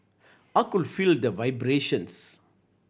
I could feel the vibrations